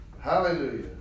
Hallelujah